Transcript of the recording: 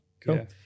cool